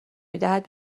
میدهد